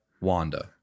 Wanda